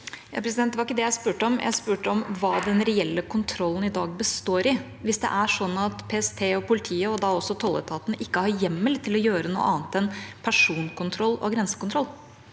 Det var ikke det jeg spurte om. Jeg spurte om hva den reelle kontrollen i dag består i, hvis det er sånn at PST og politiet, og da også tolletaten, ikke har hjemmel til å gjøre noe annet enn personkontroll og grensekontroll.